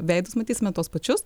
veidus matysime tuos pačius